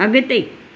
अॻिते